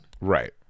right